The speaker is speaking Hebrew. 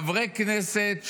חברי כנסת,